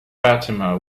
fatima